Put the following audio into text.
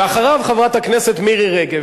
ואחריו, חברת הכנסת מירי רגב.